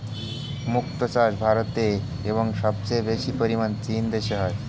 মুক্ত চাষ ভারতে এবং সবচেয়ে বেশি পরিমাণ চীন দেশে হয়